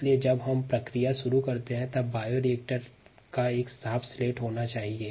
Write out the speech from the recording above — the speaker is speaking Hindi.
इसलिए जब हम बायोरिएक्टर में जैव प्रक्रिया शुरू करते हैं तब बायोरिएक्टर का एक साफ स्लेट उपलब्ध होना चाहिए